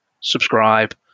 subscribe